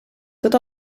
tot